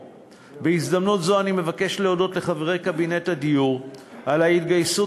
בהזדמנות זו אני מבקש להודות לחברי קבינט הדיור על ההתגייסות